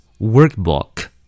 Workbook